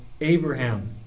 Abraham